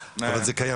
יש גם בקנאביס ככה.